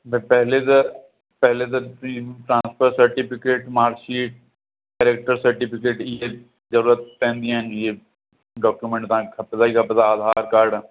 त पहिरीं त पहिरीं त transfer certificate marksheet character certificate हीअ जरूअत पवंदी आहिनि इहे डॉक्यूमेंट तांखे खपदा खपदा आधार कार्ड